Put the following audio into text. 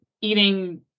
eating